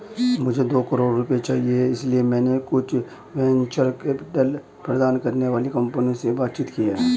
मुझे दो करोड़ रुपए चाहिए इसलिए मैंने कुछ वेंचर कैपिटल प्रदान करने वाली कंपनियों से बातचीत की है